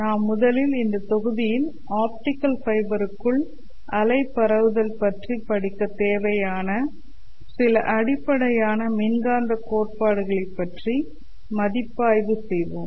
நாம் முதலில் இந்த தொகுதியில் ஆப்டிகல் ஃபைபருக்குள் அலை பரவுதல் பற்றி படிக்க தேவையான சில அடிப்படையான மின்காந்த கோட்பாடுகளை பற்றி மதிப்பாய்வு செய்வோம்